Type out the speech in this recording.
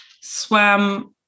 Swam